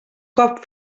cop